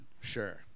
sure